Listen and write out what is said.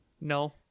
No